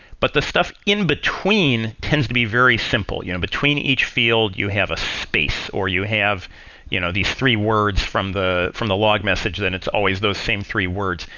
but the stuff in between tends to be very simple. you know between each field, you have a space, or you have you know these three words from the from the log message then it's always those same three words.